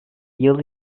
yıl